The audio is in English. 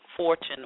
Fortune